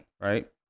right